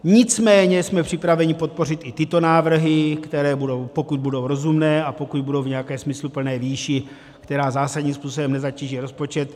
Nicméně jsme připraveni podpořit i tyto návrhy, pokud budou rozumné a pokud budou v nějaké smysluplné výši, která zásadním způsobem nezatíží rozpočet.